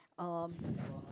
um